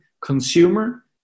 consumer